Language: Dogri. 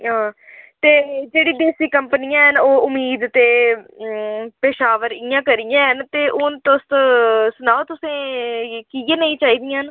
हां ते फिरी देसी कंपनियां हैन ओह् उम्मीद ते पेशावर इ'यां करियै हैन ते हून तुस सनाओ तुसें ई कि'यै नेही चाहिदियां न